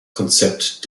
konzept